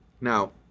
Now